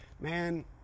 man